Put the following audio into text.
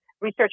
research